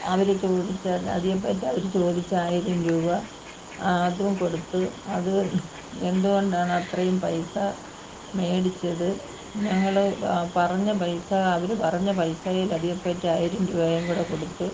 അവർ ചോദിച്ചാൽ അധിക പറ്റ് അവർ ചോദിച്ച ആയിരം രൂപ അതും കൊടുത്തു അത് എന്തുകൊണ്ടാണ് അത്രയും പൈസ മേടിച്ചത് ഞങ്ങൾ പറഞ്ഞ പൈസ അവർ പറഞ്ഞ പൈസയിൽ അധികപറ്റ് ആയിരം രൂപയും കൂടെ കൊടുത്തു